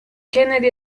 kennedy